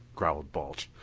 growled balch.